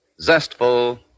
Zestful